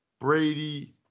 Brady